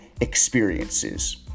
experiences